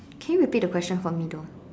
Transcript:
can you repeat the question for me though